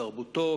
בתרבותו,